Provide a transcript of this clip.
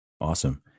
Awesome